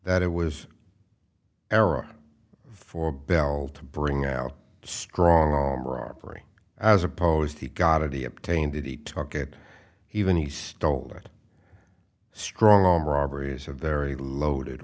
that it was era for bell to bring out strong arm robbery as opposed he got it he obtained it he took it even he stole that strong arm robbery is a very loaded